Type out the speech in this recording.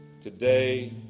today